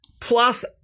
plus